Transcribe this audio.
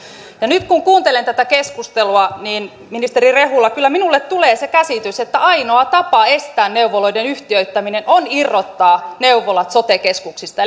nyt kun kuuntelen tätä keskustelua ministeri rehula kyllä minulle tulee se käsitys että ainoa tapa estää neuvoloiden yhtiöittäminen on irrottaa neuvolat sote keskuksista